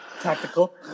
tactical